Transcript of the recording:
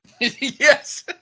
Yes